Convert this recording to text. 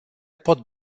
pot